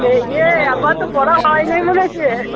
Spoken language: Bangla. এই রে আবার তো পড়া হয় নাই বলেছে